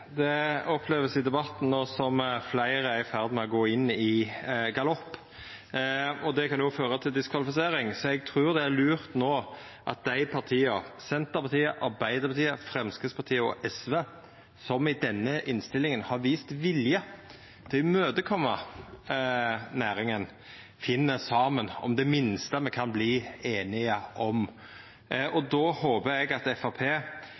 debatten som at fleire er i ferd med å gå inn i galopp. Det kan òg føra til diskvalifisering, så eg trur det no er lurt om Senterpartiet, Arbeidarpartiet, Framstegspartiet og SV, som i denne innstillinga har vist vilje til å imøtekoma næringa, finn saman om det minste me kan verta einige om. Då håper eg at